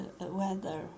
weather